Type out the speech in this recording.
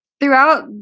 throughout